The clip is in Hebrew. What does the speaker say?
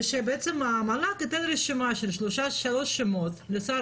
ושבעצם המל"ג ייתן רשימה של שלושה שמות לשר